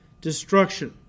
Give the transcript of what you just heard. destruction